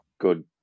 good